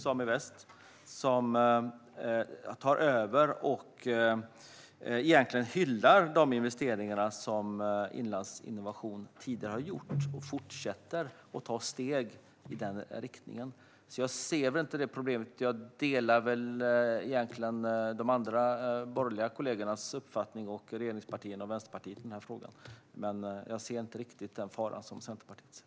Saminvest, som tar över, hyllar de investeringar som Inlandsinnovation tidigare har gjort och fortsätter att ta steg i den riktningen. Jag ser inte problemet och delar de övriga borgerliga partiernas, regeringspartiernas och Vänsterpartiets uppfattning i denna fråga. Jag ser inte den fara som Centerpartiet ser.